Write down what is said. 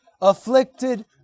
afflicted